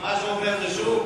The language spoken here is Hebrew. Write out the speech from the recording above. ומה שהוא אומר, זה שוק?